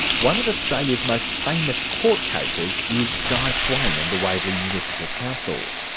one of australia's most famous court cases is guy swain and the waverley municipal council.